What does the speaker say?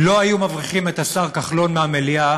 אם לא היו מבריחים את השר כחלון מהמליאה